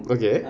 okay